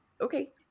okay